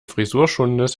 frisurschonendes